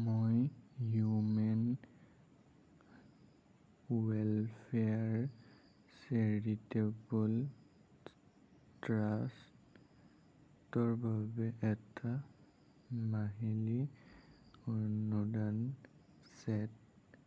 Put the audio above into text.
মই human welfare charitable trust অৰ বাবে এটা মাহিলি অনুদান চে'ট